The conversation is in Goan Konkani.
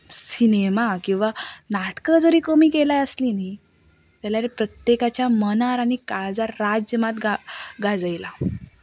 सिनेमा किंवा नाटकां जरी कमी केल्यां आसलीं न्हय जाल्यार प्रत्येकाच्या मनार आनी काळजार राज्य मात गा गाजयलां